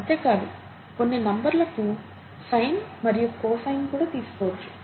అంతే కాదు కొన్ని నంబర్లకు సైన్ మరియు కొసైన్ కూడా తీసుకోవచ్చు